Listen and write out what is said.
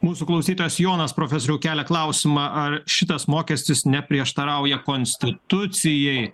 mūsų klausytojas jonas profesoriau kelia klausimą ar šitas mokestis neprieštarauja konstitucijai